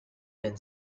been